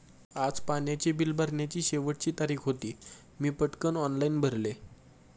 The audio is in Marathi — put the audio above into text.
आज पाण्याचे बिल भरण्याची शेवटची तारीख होती, मी पटकन ऑनलाइन भरले